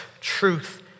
truth